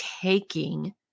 taking